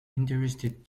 interested